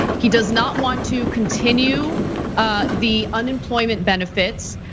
he does not want to continue the unemployment benefits,